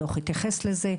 הדו"ח התייחס לזה,